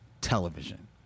television